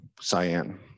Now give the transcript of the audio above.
cyan